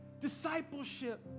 discipleship